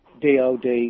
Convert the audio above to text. DOD